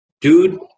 Dude